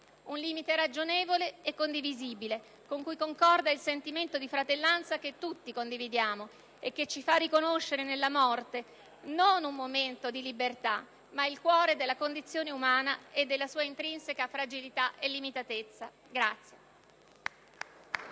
Un limite ragionevole e condivisibile, con cui concorda il sentimento di fratellanza che tutti condividiamo e che ci fa riconoscere nella morte non un momento di libertà ma il cuore della condizione umana e della sua intrinseca fragilità e limitatezza.